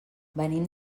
venim